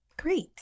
great